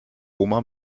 oma